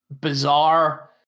bizarre